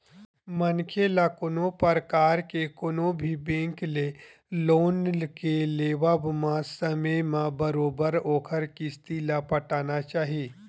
मनखे ल कोनो परकार के कोनो भी बेंक ले लोन के लेवब म समे म बरोबर ओखर किस्ती ल पटाना चाही